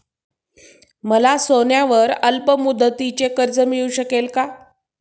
मला सोन्यावर अल्पमुदतीचे कर्ज मिळू शकेल का?